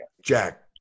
Jack